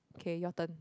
okay your turn